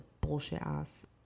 bullshit-ass